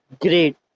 great